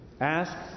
ask